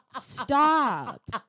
stop